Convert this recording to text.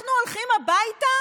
אנחנו הולכים הביתה